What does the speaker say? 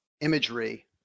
imagery